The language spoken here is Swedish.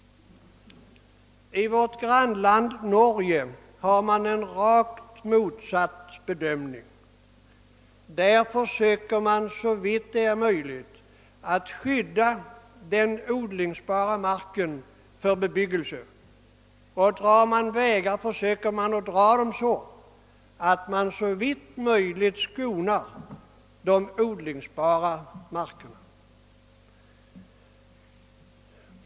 I vårt grannland Norge har man en rakt motsatt bedömning. Där försöker man såvitt det är möjligt skydda den odlingsbara marken för bebyggelse, och drar man fram vägar, försöker man dra dem så att man skonar de odlingsbara markerna.